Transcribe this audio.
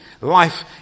Life